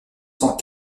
cent